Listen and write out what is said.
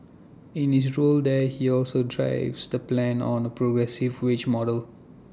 in his role there he also drives the plans on A progressive wage model